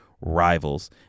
rivals